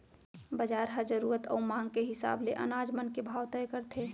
बजार ह जरूरत अउ मांग के हिसाब ले अनाज मन के भाव तय करथे